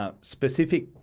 Specific